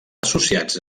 associats